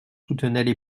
soutenaient